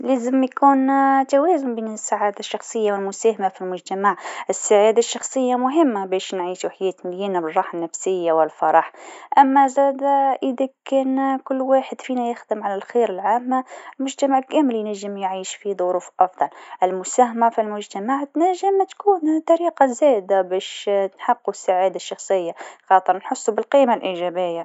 السعادة الشخصية مهمة، لكن المساهمة في المجتمع زادة ضرورية. إذا كنت سعيد، تنجم تعطي أكثر للمجتمع. التوازن بين الاثنين هو الأفضل. كيما تقول، كي تكون في حالة جيدة، تقدر تعاون الآخرين وتحسن العالم.